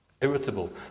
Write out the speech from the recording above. irritable